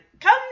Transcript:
come